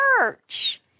church